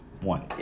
one